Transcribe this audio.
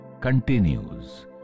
continues